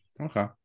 okay